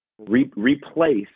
replace